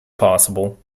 possible